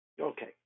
Okay